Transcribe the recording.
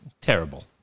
Terrible